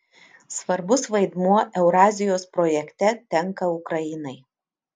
svarbus vaidmuo eurazijos projekte tenka ukrainai